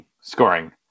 scoring